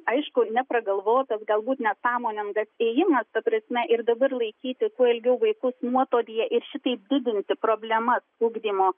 aišku nepragalvotas galbūt nesąmoningas ėjimas ta prasme ir dabar laikyti kuo ilgiau vaikus nuotolyje ir šitaip didinti problemas ugdymo